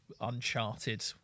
uncharted